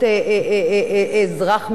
ולא באים אליו להגיד לו,